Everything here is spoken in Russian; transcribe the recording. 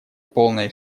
полное